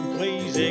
please